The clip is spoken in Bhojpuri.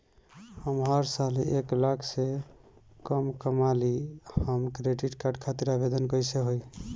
हम हर साल एक लाख से कम कमाली हम क्रेडिट कार्ड खातिर आवेदन कैसे होइ?